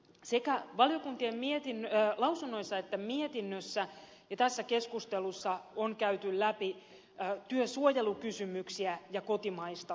sekä valiokuntien lausunnoissa että mietinnössä ja tässä keskustelussa on käyty läpi työsuojelukysymyksiä ja kotimaista työvoimaa